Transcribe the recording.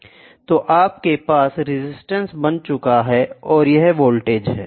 तो आपके पास रजिस्टेंस बन चुका है और यह वोल्टेज है